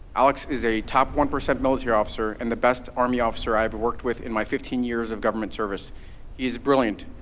alex is a top one percent military officer and the best army officer i ever worked with in my fifteen years of government service. he is brilliant,